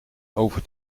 over